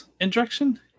injection